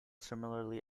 similarly